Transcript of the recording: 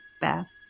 best